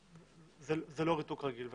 זה לא ריתוק רגיל.